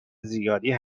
زیادی